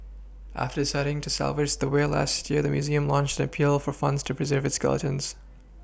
after deciding to salvage the whale last year the Museum launched an appeal for funds to pReserve its skeleton